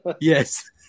Yes